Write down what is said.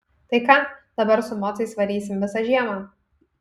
tai ką dabar su mocais varysim visą žiemą